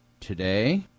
Today